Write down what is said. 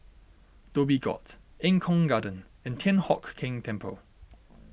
Dhoby Ghaut Eng Kong Garden and Thian Hock Keng Temple